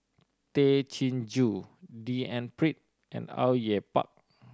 Tay Chin Joo D N Pritt and Au Yue Pak